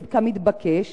כמתבקש,